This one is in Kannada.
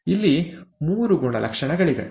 ಇಲ್ಲಿ ಮೂರು ಗುಣಲಕ್ಷಣಗಳಿವೆ